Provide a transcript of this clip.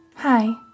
Hi